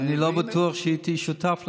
אני לא בטוח שהייתי שותף לזה.